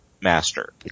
master